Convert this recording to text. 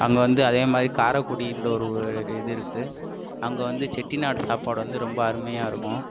அங்கே வந்து அதே மாதிரி காரைக்குடின்ற ஒரு இது இருக்குது அங்கே வந்து செட்டிநாடு சாப்பாடு வந்து ரொம்ப அருமையாக இருக்கும்